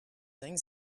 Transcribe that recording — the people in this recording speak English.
things